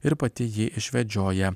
ir pati jį išvedžioja